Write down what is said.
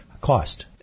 Cost